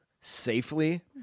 safely